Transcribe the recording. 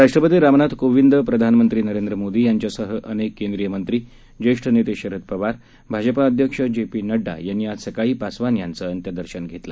राष्ट्रपती रामनाथ कोविंद प्रधाननंत्री नरेंद्र मोदी यांच्यासह अनेक केंद्रीय मंत्री ज्येष्ठ नेते शरद पवार भाजपा अध्यक्ष जे पी नडडा यांनी आज सकाळी पासवान यांचं अंत्यदर्शन घेतलं